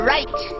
Right